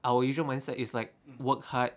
our usual mindset is like work hard